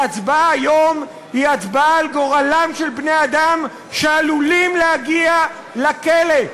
ההצבעה היום היא הצבעה על גורלם של בני-אדם שעלולים להגיע לכלא,